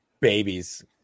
Babies